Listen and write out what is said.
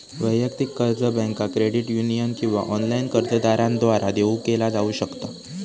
वैयक्तिक कर्ज बँका, क्रेडिट युनियन किंवा ऑनलाइन कर्जदारांद्वारा देऊ केला जाऊ शकता